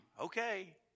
okay